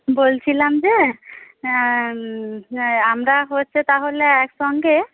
বলছিলাম যে আমরা হচ্ছে তাহলে একসঙ্গে